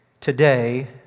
today